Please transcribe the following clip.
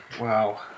Wow